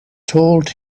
told